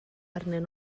arnyn